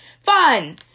Fun